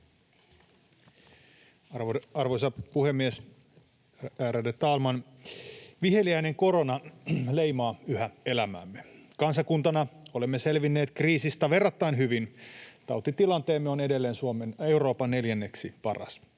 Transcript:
Arvoisa puhemies, ärade talman! Viheliäinen korona leimaa yhä elämäämme. Kansakuntana olemme selvinneet kriisistä verrattain hyvin: tautitilanteemme on edelleen Euroopan neljänneksi paras.